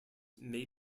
may